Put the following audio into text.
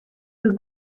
der